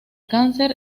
cáncer